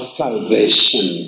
salvation